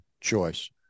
choice